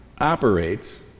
operates